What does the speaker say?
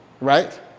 right